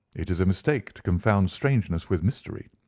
it is a mistake to confound strangeness with mystery.